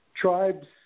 tribes